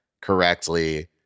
correctly